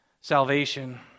salvation